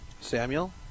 Samuel